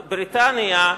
בריטניה,